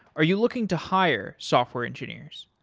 are you looking to hire software engineers?